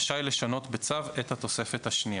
רשאי לשנות, בצו, את התוספת השנייה.